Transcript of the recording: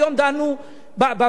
היום דנו בוועדה,